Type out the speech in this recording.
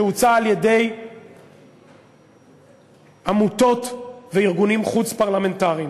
שהוצע על-ידי עמותות וארגונים חוץ-פרלמנטריים,